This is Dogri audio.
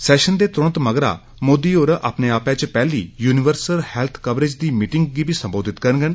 सैशन दे तुरंत मगरा मोदी होर अपने आपे च पैहली यूनीवरसल हैल्थ कवरेज दी मीटिंग गी संबोधत करगन